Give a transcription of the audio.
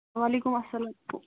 وعلیکُم اَسلام